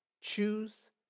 Choose